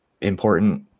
important